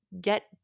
get